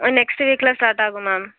next வீக்கில் start ஆகும் ma'am